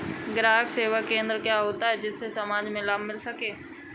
ग्राहक सेवा केंद्र क्या होता है जिससे समाज में लाभ मिल सके?